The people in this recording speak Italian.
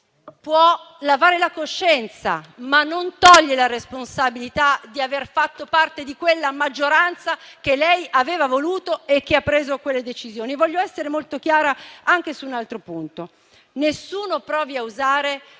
può lavare la coscienza, ma non toglie la responsabilità di aver fatto parte di quella maggioranza che lui aveva voluto e che ha preso quelle decisioni. Voglio essere molto chiara anche su un altro punto: nessuno provi a usare